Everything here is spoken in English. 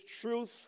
truth